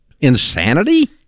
insanity